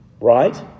Right